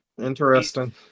Interesting